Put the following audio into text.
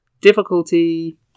difficulty